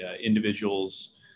individuals